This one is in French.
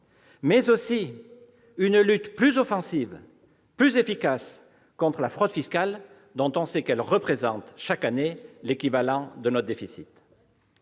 et une lutte plus offensive et plus efficace contre la fraude fiscale, dont on sait qu'elle représente chaque année l'équivalent de notre déficit.